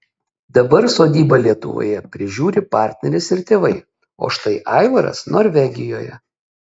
dabar sodybą lietuvoje prižiūri partneris ir tėvai o štai aivaras norvegijoje